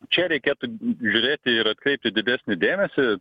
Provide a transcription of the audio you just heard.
čia reikėtų žiūrėti ir atkreipti didesnį dėmesį